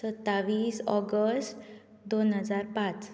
सत्तावीस ऑगस्ट दोन हजार पांच